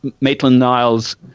Maitland-Niles